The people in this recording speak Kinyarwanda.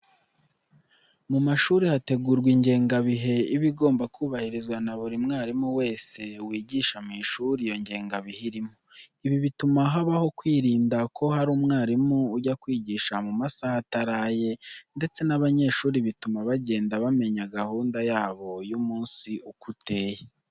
Mu mashuri hategurwa ingengabihe iba igomba kubahirizwa na buri mwarimu wese wigisha mu ishuri iyo ngengabihe irimo. Ibi bituma habaho kwirinda ko hari umwarimu ujya kwigisha mu masaha atari aye ndetse n'abanyeshuri bituma bagenda bamenya gahunda yabo y'umunsi uko iteye.